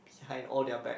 behind all their back